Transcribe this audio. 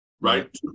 right